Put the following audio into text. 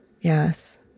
Yes